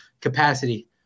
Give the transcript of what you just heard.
capacity